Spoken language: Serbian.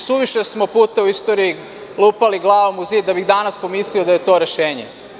Suviše puta smo u istoriji lupali glavom o zid da bih danas pomislio da je to rešenje.